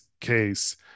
case